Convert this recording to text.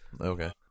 Okay